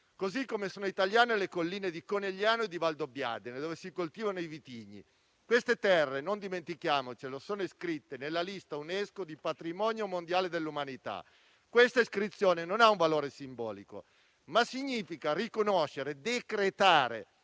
così come sono italiane le colline di Conegliano e di Valdobbiadene dove si coltivano i vitigni. Queste terre - non dimentichiamocelo - sono iscritte nella lista UNESCO come patrimonio mondiale dell'umanità. Questa iscrizione non ha un valore simbolico, ma significa riconoscere e decretare